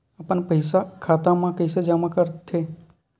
अपन पईसा खाता मा कइसे जमा कर थे?